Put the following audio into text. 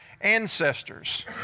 ancestors